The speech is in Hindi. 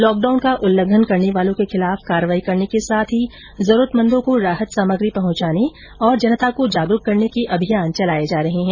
लॉक डाउन का उल्लंघन करने वालों के खिलाफ कार्रवाई करने के साथ ही जरूरतमंदों को राहत सामग्री पहुंचाने और जनता को जागरूक करने के अभियान चलाये जा रहे है